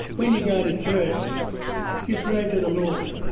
when you go to church you pray to the lord.